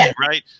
right